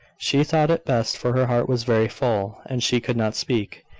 she thought it best for her heart was very full, and she could not speak.